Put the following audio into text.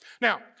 Now